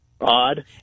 Odd